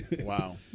Wow